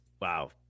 wow